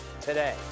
today